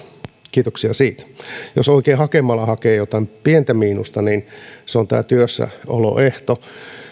kiitoksia siitä jos oikein hakemalla hakee jotain pientä miinusta se on tämä työssäoloehto